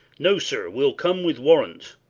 no, sir, we'll come with warrant.